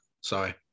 sorry